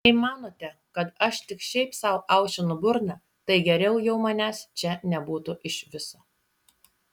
jei manote kad aš tik šiaip sau aušinu burną tai geriau jau manęs čia nebūtų iš viso